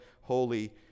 Holy